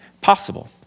possible